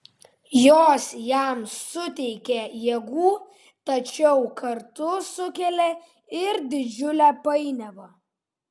jos jam suteikia jėgų tačiau kartu sukelia ir didžiulę painiavą